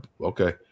Okay